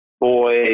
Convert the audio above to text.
Boy